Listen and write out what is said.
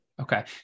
Okay